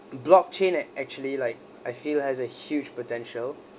blockchain ac~ actually like I feel has a huge potential